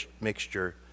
mixture